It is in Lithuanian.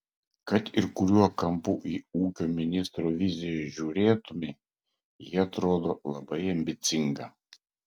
kad ir kuriuo kampu į ūkio ministro viziją žiūrėtumei ji atrodo labai ambicinga